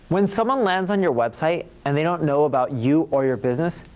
when someone lands on your website and they don't know about you or your business,